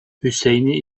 hüseyni